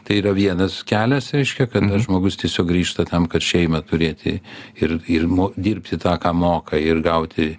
tai yra vienas kelias reiškia kada žmogus tiesiog grįžta tam kad šeimą turėti ir ir dirbti tą ką moka ir gauti